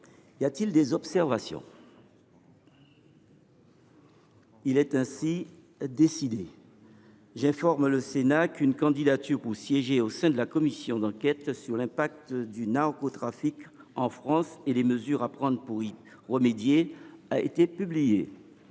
Y a t il des observations ?… Il en est ainsi décidé. J’informe le Sénat qu’une candidature pour siéger au sein de la commission d’enquête sur l’impact du narcotrafic en France et les mesures à prendre pour y remédier a été publiée.